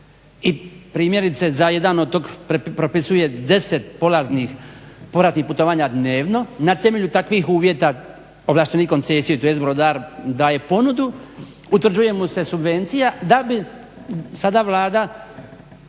Primjerice, za jedan otok propisuje 10 povratnih putovanja dnevno, na temelju takvih uvjeta ovlaštenik koncesije tj. brodar daje ponudu, utvrđuje mu se subvencija da bi sada Vlada